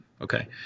Okay